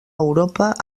europa